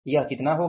यह कितना होगा